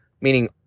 meaning